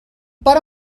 pare